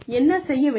என்ன செய்ய வேண்டும்